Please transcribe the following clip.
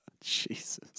Jesus